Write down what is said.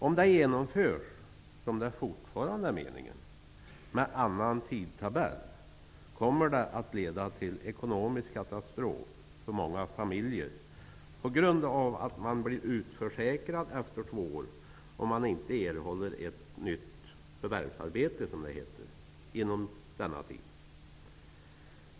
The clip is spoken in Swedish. Om det genomförs, vilket fortfarande är meningen, med annan tidtabell, kommer det att leda till ekonomisk katastrof för många familjer på grund av att man blir utförsäkrad efter två år om man inte inom denna tid erhåller ett nytt förvärvsarbete, som det heter.